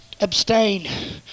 abstain